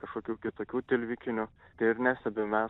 kažkokių kitokių tilvikinių tai ir nestebim mes